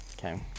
Okay